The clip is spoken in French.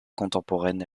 contemporaine